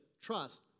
trust